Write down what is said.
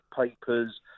papers